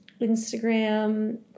Instagram